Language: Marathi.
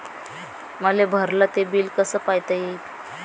मले भरल ते बिल कस पायता येईन?